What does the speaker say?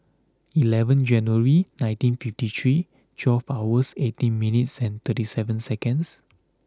eleventh January nineteen fifty three twelve hours eighteen minutes and thirty seven seconds